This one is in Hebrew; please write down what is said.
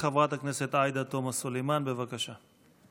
חברת הכנסת עאידה תומא סלימאן, בבקשה.